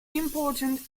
important